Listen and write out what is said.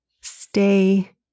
stay